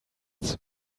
zum